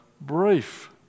brief